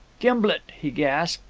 gimblet, he gasped,